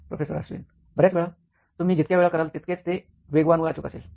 professor Ashwin बर्याच वेळा तुम्ही जितक्या वेळा कराल तितकेच ते वेगवान व अचूक असेल